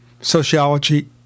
sociology